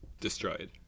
destroyed